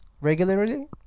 regularly